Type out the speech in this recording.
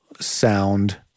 Sound